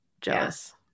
jealous